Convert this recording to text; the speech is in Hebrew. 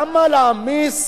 למה להעמיס